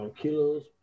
Kilos